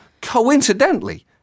Coincidentally